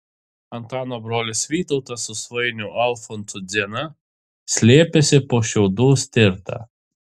antano brolis vytautas su svainiu alfonsu dziena slėpėsi po šiaudų stirta